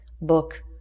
book